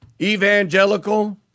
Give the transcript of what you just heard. evangelical